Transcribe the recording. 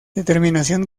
determinación